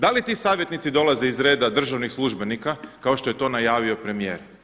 Da li ti savjetnici dolaze iz reda državnih službenika kao što je to najavio premijer?